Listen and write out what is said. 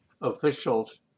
officials